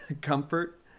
comfort